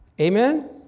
Amen